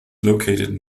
located